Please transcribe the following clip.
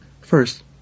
First